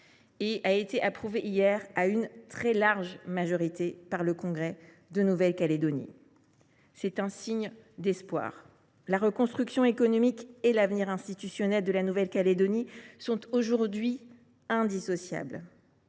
et a été approuvé hier à une très large majorité par le congrès de Nouvelle Calédonie, ce qui constitue un signe d’espoir. La reconstruction économique et l’avenir institutionnel de la Nouvelle Calédonie sont aujourd’hui indissociables.